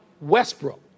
Westbrook